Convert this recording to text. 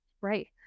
right